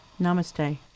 Namaste